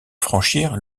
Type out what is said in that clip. franchir